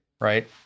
right